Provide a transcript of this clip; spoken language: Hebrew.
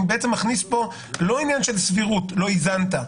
אני בעצם מכניס לפה לא עניין של סבירות שלא איזנת,